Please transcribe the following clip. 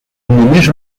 només